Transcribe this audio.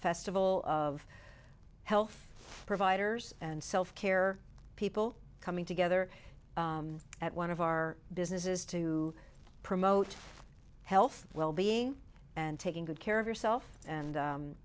festival of health providers and self care people coming together at one of our businesses to promote health well being and taking good care of yourself and